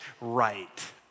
right